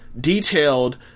detailed